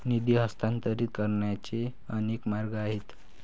निधी हस्तांतरित करण्याचे अनेक मार्ग आहेत